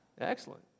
excellent